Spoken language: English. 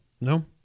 No